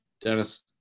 Dennis